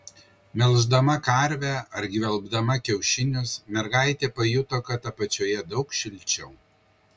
melždama karvę ar gvelbdama kiaušinius mergaitė pajuto kad apačioje daug šilčiau